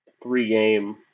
Three-game